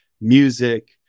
music